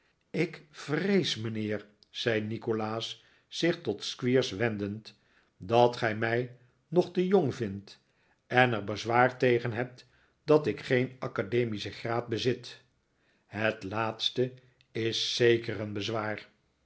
ik vrees mijnheer zei nikolaas zich tot squeers wendend dat gij mij nog te jong vindt en er bezwaar tegen hebt dat ik geen academischen graad bezit het laatste is zeker een bezwaar